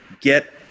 get